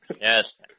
Yes